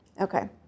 Okay